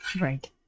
Right